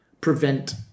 prevent